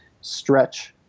stretch